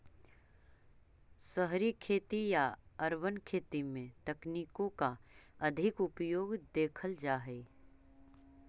शहरी खेती या अर्बन खेती में तकनीकों का अधिक उपयोग देखल जा हई